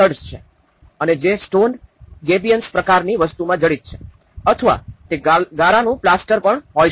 અને જે stone gabions પ્રકારની વસ્તુમાં જડિત છે અથવા તે ગારાનું પ્લાસ્ટર પણ હોઈ શકે છે